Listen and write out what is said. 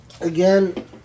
again